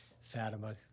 Fatima